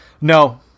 No